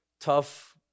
tough